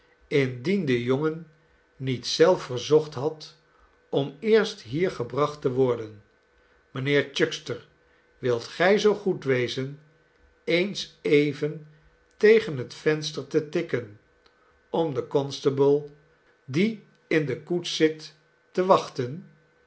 de jongen niet zelf verzocht had om eerst hier gebracht te word en mijnheer chuckster wilt gij zoo goed wezen eens even tegen het venster te tikken om den constable dieindekoets zit te wachten